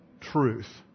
truth